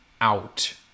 out